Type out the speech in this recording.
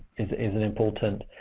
is is an important